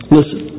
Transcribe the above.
Listen